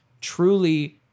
truly